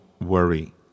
worry